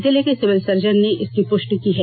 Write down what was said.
जिर्ल के civil surgeon ने इसकी पुष्टि की है